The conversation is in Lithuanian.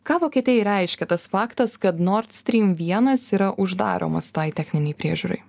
ką vokietijai reiškia tas faktas kad nords strym vienas yra uždaromas tai techninei priežiūrai